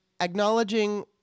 acknowledging